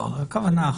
כוונה אחרת.